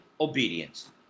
obedience